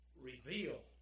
reveal